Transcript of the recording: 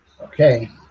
Okay